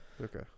Okay